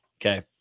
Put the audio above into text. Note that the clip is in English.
Okay